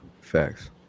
Facts